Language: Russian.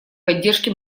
поддержке